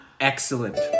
Excellent